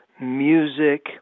music